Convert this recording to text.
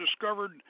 discovered